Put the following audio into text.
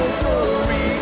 glory